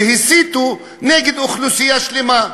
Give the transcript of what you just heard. והסיתו נגד אוכלוסייה שלמה,